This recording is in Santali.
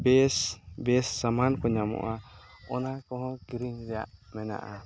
ᱵᱮᱥ ᱵᱮᱥ ᱥᱟᱢᱟᱱ ᱠᱚ ᱧᱟᱢᱚᱜᱼᱟ ᱚᱱᱟ ᱠᱚᱦᱚᱸ ᱠᱤᱨᱤᱧ ᱨᱮᱭᱟᱜ ᱢᱮᱱᱟᱜᱼᱟ